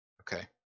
Okay